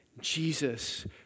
Jesus